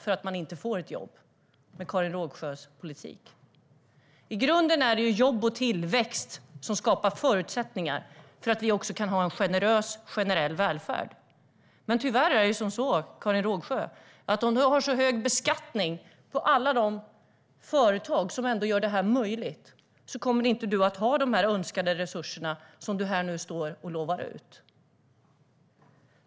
Med Karin Rågsjös politik får man ju inget jobb. I grunden är det jobb och tillväxt som skapar förutsättningar för att vi också kan ha en generös generell välfärd. Men tyvärr är det så, Karin Rågsjö, att om du har så hög beskattning på alla de företag som gör detta möjligt, då kommer du inte att ha de önskade resurser som du står här och lovar ut.